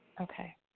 Okay